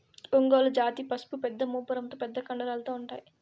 ఒంగోలు జాతి పసులు పెద్ద మూపురంతో పెద్ద కండరాలతో ఉంటాయి